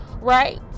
right